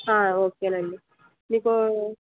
okay um డి మీకు